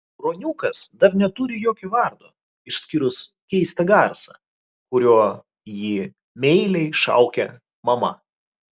ruoniukas dar neturi jokio vardo išskyrus keistą garsą kuriuo jį meiliai šaukia mama